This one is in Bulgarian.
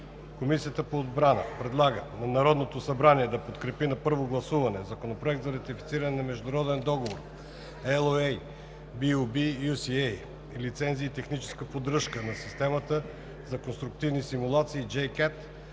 Комисията по отбрана предлага на Народното събрание да подкрепи на първо гласуване Закон за ратифициране на Международен договор (LOA) BU-B-UCA „Лицензи и техническа поддръжка на системата за конструктивни симулации JCATS